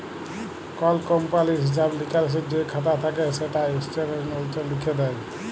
call কমপালির হিঁসাব লিকাসের যে খাতা থ্যাকে সেটা ইস্ট্যাটমেল্টে লিখ্যে দেয়